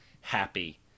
happy